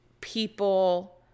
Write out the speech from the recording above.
people